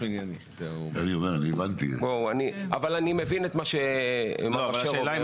אבל אני מבין את מה שמר אשר אומר.